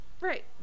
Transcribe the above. Right